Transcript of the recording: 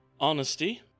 honesty